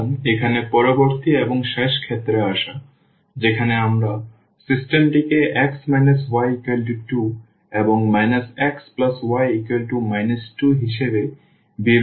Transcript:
সুতরাং এখানে পরবর্তী এবং শেষ ক্ষেত্রে আসা যেখানে আমরা সিস্টেমটিকে x y2 এবং xy 2 হিসেবে বিবেচনা করি